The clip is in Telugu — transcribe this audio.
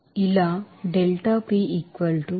ఇలా ఉంటుంది